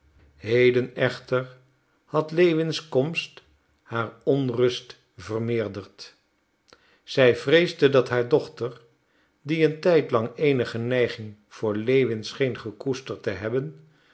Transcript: heden echter had lewins komst haar onrust vermeerderd zij vreesde dat haar dochter die een tijdlang eenige neiging voor lewin scheen gekoesterd te hebben